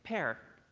pair.